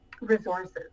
resources